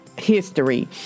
history